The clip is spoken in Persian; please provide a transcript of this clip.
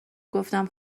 گفتم